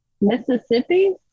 Mississippi